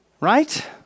right